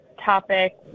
topic